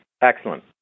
excellent